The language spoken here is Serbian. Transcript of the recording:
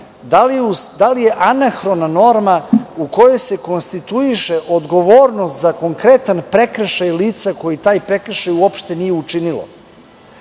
da li je anahrona norma u koju se konstituiše odgovornost za konkretan prekršaj lica, koji taj prekršaj uopšte nije učinilo? Dakle,